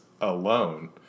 alone